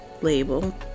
label